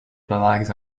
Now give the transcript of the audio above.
blagues